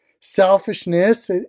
Selfishness